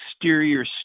exterior